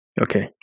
Okay